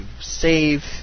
save